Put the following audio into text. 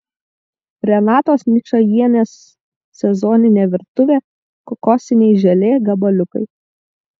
renatos ničajienės sezoninė virtuvė kokosiniai želė gabaliukai